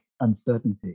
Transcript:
uncertainty